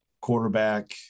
quarterback